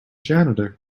janitor